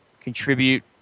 contribute